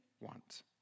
want